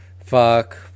fuck